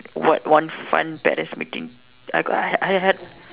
what one fun parents meeting I got I I had